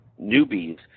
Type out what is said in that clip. newbies